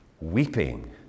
weeping